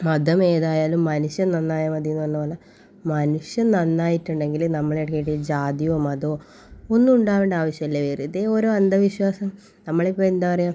മതമേതായാലും മനുഷ്യൻ നന്നായാൽ മതീന്ന് പറഞ്ഞത് പോലെ മനുഷ്യൻ നന്നായിട്ടുണ്ടെങ്കിൽ നമ്മുടെ ഇടയിൽ ജാതിയോ മതമോ ഒന്നും ഉണ്ടാവേണ്ട ആവശ്യമില്ല വെറുതെ ഓരോ അന്ധവിശ്വാസം നമ്മളിപ്പോൾ എന്താ പറയാ